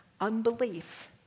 unbelief